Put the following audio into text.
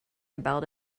about